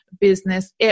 business